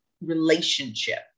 relationship